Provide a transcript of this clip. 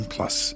Plus